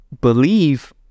believe